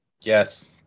Yes